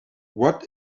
what